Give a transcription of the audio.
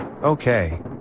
Okay